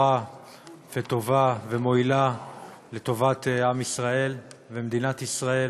וטובה ומועילה לטובת עם ישראל ומדינת ישראל.